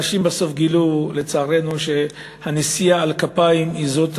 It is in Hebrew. אנשים בסוף גילו שהנשיאה על כפיים היא רק